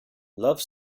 love